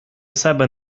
себе